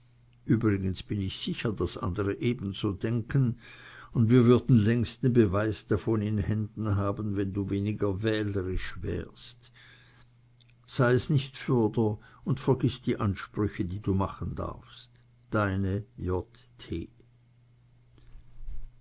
übrigens bin ich sicher daß andere ebenso denken und wir würden längst den beweis davon in händen haben wenn du weniger wählerisch wärst sei es nicht fürder und vergiß die ansprüche die du machen darfst deine